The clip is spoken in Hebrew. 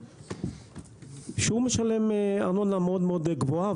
הוא משלם ארנונה מאוד גבוהה,